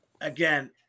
again